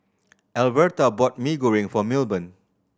Alverta bought Mee Goreng for Milburn